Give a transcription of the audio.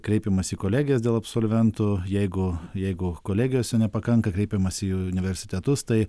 kreipiamasi į kolegijas dėl absolventų jeigu jeigu kolegijose nepakanka kreipiamasi į universitetus tai